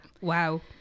wow